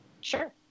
Sure